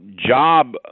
job